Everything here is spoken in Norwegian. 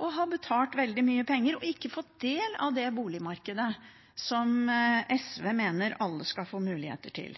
og har betalt veldig mye penger uten å få ta del i det boligmarkedet som SV mener alle skal få mulighet til.